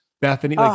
Bethany